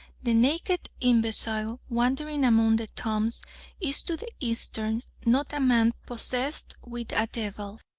the naked imbecile wandering among the tombs is to the eastern not a man possessed with a devil,